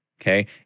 Okay